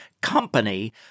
company